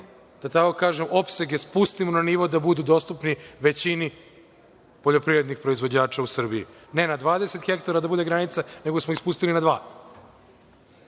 da tako kažem, opsege spustimo na nivo da budu dostupni većini poljoprivrednih proizvođača u Srbiji, ne na 20 hektara da bude granica, nego smo ih spustili na